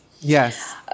Yes